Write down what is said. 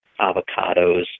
avocados